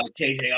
KJ